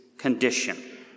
Condition